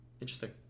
Interesting